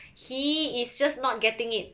he is just not getting it